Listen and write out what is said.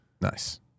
Nice